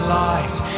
life